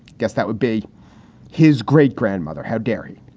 guess that would be his great grandmother had dairy.